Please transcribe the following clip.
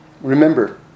Remember